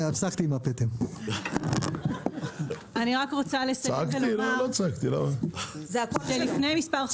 אני רוצה לסיים ולומר שלפני מספר חודשים